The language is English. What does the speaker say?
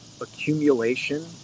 accumulation